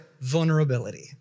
vulnerability